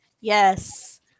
Yes